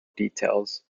details